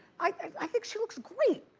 i think she looks great.